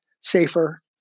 safer